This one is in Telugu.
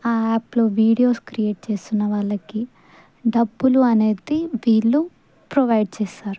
ఆ యాప్లో వీడియోస్ క్రియేట్ చేస్తున్న వాళ్ళకి డబ్బులు అనేది వీళ్ళు ప్రొవైడ్ చేస్తారు